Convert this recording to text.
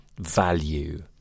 value